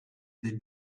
they